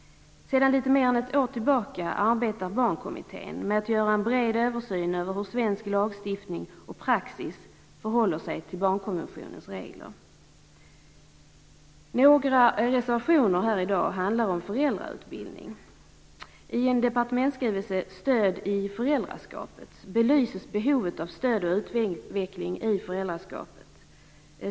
Sedan litet mer än ett år tillbaka arbetar kommittén med att göra en bred översyn över hur svensk lagstiftning och praxis förhåller sig till barnkonventionens regler. Några reservationer handlar om föräldrautbildning. I en departementsskrivelse, Stöd i föräldraskapet, belyses behovet av stöd och utveckling i föräldraskapet.